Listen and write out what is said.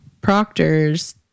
Proctor's